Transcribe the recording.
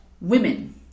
Women